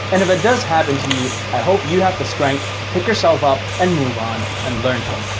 and if it does happen to you, i hope you have the strength to pick yourself up, and move on and learn from